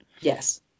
Yes